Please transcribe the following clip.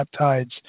peptides